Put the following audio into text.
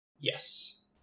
yes